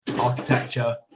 architecture